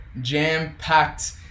jam-packed